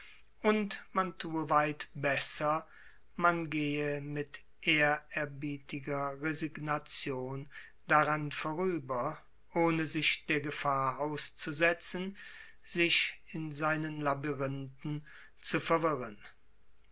und man tue weit besser man gehe mit ehrerbietiger resignation daran vorüber ohne sich der gefahr auszusetzen sich in seinen labyrinthen zu verirren